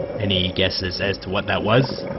any guesses as to what that was?